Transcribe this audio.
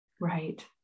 Right